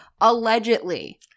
allegedly